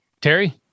Terry